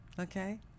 okay